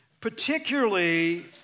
particularly